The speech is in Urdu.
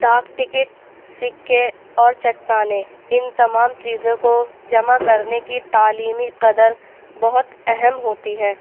ڈاک ٹکٹ سکّے اور چٹانیں اِن تمام چیزوں کو جمع کرنے کی تعلیمی قدر بہت اہم ہوتی ہے